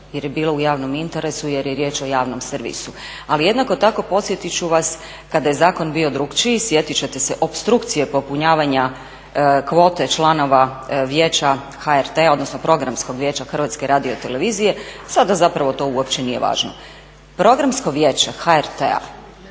jer je bilo u javnom interesu jer je riječ o javnom servisu. Ali jednako tako podsjetit ću vas kada je zakon bio drukčiji, sjetit ćete se opstrukcije popunjavanja kvote članova Vijeća HRT-a, odnosno Programskog vijeća HRT-a, a sada zapravo to uopće nije važno. Programsko vijeće HRT-a